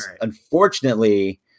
unfortunately